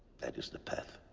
that is the path,